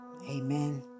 Amen